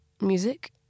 music